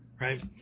right